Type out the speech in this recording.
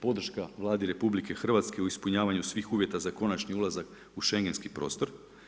Podrška Vladi RH u ispunjavanju svih uvjeta za konačni ulazak u Šengenski prostor.